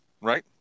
right